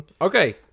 Okay